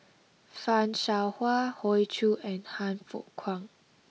Fan Shao Hua Hoey Choo and Han Fook Kwang